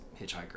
hitchhiker